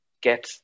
get